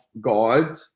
God